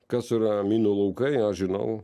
kas yra minų laukai aš žinau